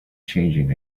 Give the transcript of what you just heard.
changing